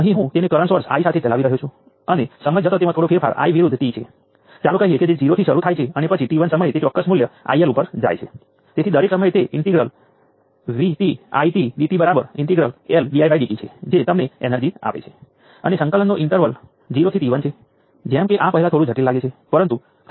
માટે હવે આપણે બે ટર્મિનલ એલિમેન્ટ્સને ધ્યાનમાં લઈશું પરંતુ બરાબર એ જ વસ્તુને મોટી સંખ્યામાં ટર્મિનલ માટે સામાન્ય કરી શકાય છે